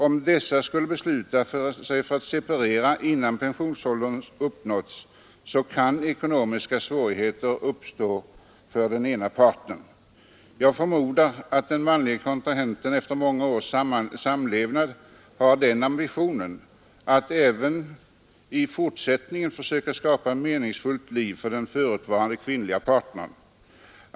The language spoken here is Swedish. Om dessa skulle besluta sig för att separera innan pensionsåldern uppnåtts, kan ekonomiska svårigheter uppstå för den ena parten. Jag förmodar att den manlige kontrahenten efter många års samlevnad har den ambitionen att även i fortsättningen försöka skapa ett meningsfullt liv för den kvinnliga parten.